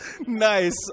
Nice